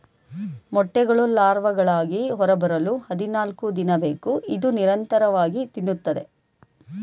ಮೊಟ್ಟೆಗಳು ಲಾರ್ವಾಗಳಾಗಿ ಹೊರಬರಲು ಹದಿನಾಲ್ಕುದಿನ ಬೇಕು ಇದು ನಿರಂತರವಾಗಿ ತಿನ್ನುತ್ತದೆ